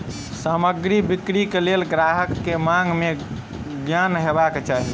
सामग्री बिक्री के लेल ग्राहक के मांग के ज्ञान हेबाक चाही